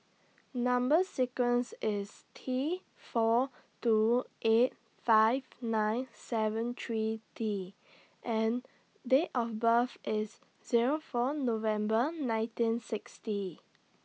Number sequence IS T four two eight five nine seven three T and Date of birth IS Zero four November nineteen sixty